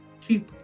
keep